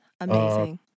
Amazing